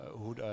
hoe